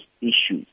issues